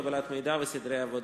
קבלת מידע וסדרי עבודה.